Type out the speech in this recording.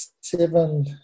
seven